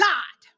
God